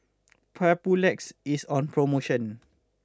Papulex is on promotion